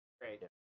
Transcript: Great